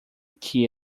que